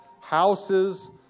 houses